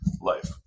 life